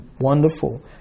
wonderful